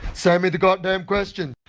send me the goddamn question!